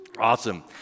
Awesome